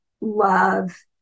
love